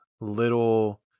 little